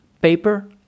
paper